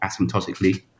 asymptotically